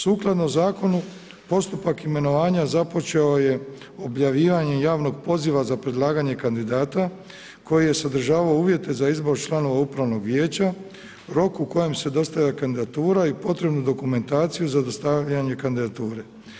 Sukladno zakonu, postupak imenovanja započeo je objavljivanjem javnog poziva za predlaganje kandidata koji je sadržavao uvjete za izbor članova upravnog vijeća, rok u kojem se dostavlja kandidatura i potrebnu dokumentaciju za dostavljanje kandidature.